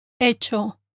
Hecho